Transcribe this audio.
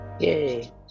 Yay